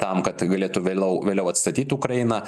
tam kad galėtų vėliau vėliau atstatyt ukrainą